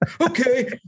Okay